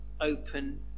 open